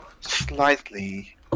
slightly